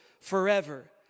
forever